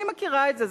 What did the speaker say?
אני מכירה את זה,